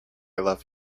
love